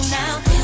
now